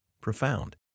profound